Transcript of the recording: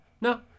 No